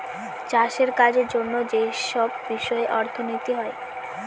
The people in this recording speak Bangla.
চাষের কাজের জন্য যেসব বিষয়ে অর্থনীতি হয়